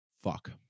fuck